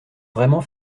vraiment